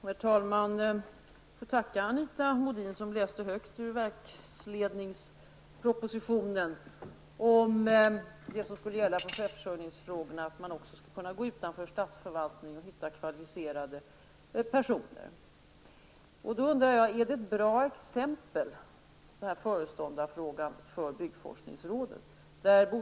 Herr talman! Jag får tacka Anita Modin som läste högt ur verksledningspropositionen om det som skulle gälla i chefsförsörjningsfrågorna, att man också skall kunna gå utanför statsförvaltningen och hitta kvalificerade personer. Då undrar jag om den här föreståndarfrågan för byggforskningsrådet är ett bra exempel.